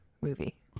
movie